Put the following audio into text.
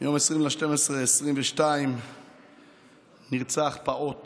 ביום 20 בדצמבר 2022 נרצחו פעוט